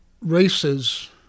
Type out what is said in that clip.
races